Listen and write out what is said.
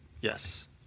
Yes